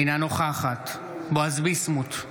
אינה נוכחת בועז ביסמוט,